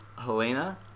Helena